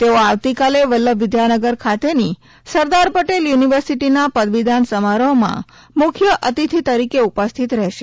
તેઓ આવતીકાલે વલ્લભ વિદ્યાનગર ખાતેની સરદાર પટેલ યુનિવર્સીટીના પદવીદાન સમારોહમા મુખ્ય અતિથિ તરીકે ઉપસ્થિત રહેશે